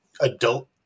adult